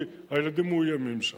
כי הילדים מאוימים שם.